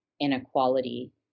inequality